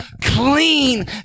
clean